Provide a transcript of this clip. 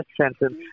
sentence